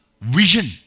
vision